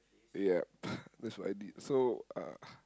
yup that's what I did so uh